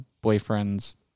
boyfriend's